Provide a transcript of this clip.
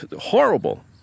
Horrible